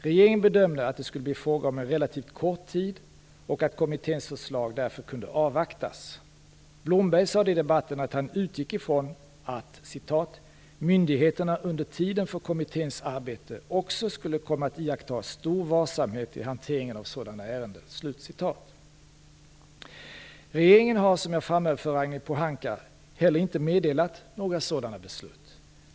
Regeringen bedömde att det skulle bli fråga om en relativt kort tid och att kommitténs förslag därför kunde avvaktas. Blomberg sade i debatten att han utgick ifrån att "myndigheterna under tiden för kommitténs arbete också skulle komma att iaktta stor varsamhet i hanteringen av sådana ärenden". Regeringen har som jag framhöll för Ragnhild Pohanka inte heller meddelat några sådana beslut.